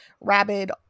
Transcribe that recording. rabid